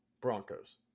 Broncos